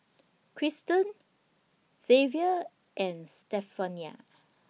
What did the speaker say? Kristen Zavier and Stephania